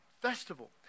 festival